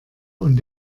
und